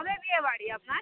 কবে বিয়েবাড়ি আপনার